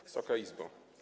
Wysoka Izbo!